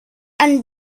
and